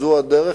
זו הדרך,